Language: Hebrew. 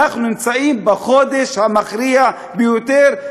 אנחנו נמצאים בחודש המכריע ביותר,